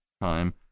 time